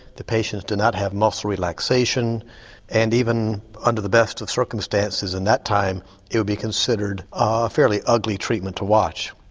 the patients did not have muscle relaxation and even under the best of circumstances in that time it would be considered a fairly ugly treatment to watch.